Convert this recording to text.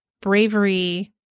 bravery